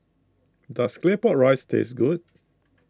does Claypot Rice taste good